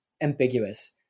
ambiguous